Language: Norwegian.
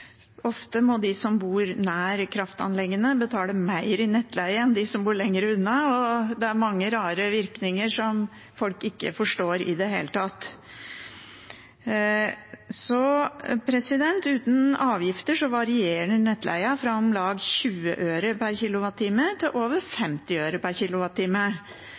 Ofte må de som bor nær kraftanleggene, betale mer i nettleie enn de som bor lenger unna, og det er mange rare virkninger som folk ikke forstår i det hele tatt. Uten avgifter varierer nettleien fra om lag 20 øre per kWh til over 50 øre per